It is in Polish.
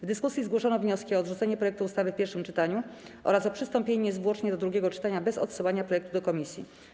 W dyskusji zgłoszono wnioski: o odrzucenie projektu ustawy w pierwszym czytaniu oraz o przystąpienie niezwłocznie do drugiego czytania bez odsyłania projektu do komisji.